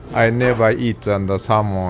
i never eat and salmon,